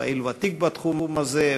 פעיל ותיק בתחום הזה,